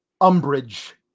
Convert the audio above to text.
umbrage